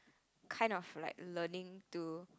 kind of like learning to